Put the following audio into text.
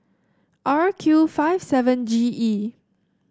R Q five seven G E